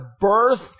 birth